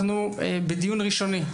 בדיון ראשוני.